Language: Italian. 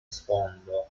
sfondo